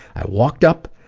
i walked up,